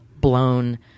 blown